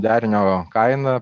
derinio kaina